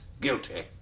guilty